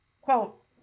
Quote